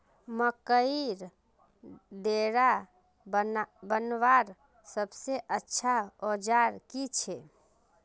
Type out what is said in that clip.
मकईर डेरा बनवार सबसे अच्छा औजार की छे?